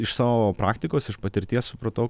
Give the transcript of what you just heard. iš savo praktikos iš patirties supratau